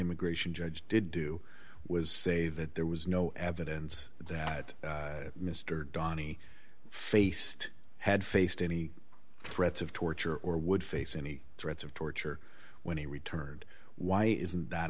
immigration judge did do was say that there was no evidence that mr donny faced had faced any threats of torture or would face any threats of torture when he returned why is that